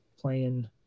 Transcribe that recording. playing